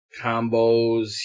combos